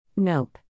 Nope